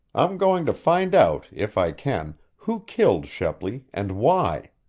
i'm going to find out, if i can, who killed shepley, and why.